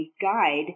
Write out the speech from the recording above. guide